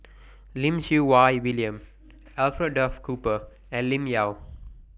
Lim Siew Wai William Alfred Duff Cooper and Lim Yau